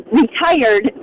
retired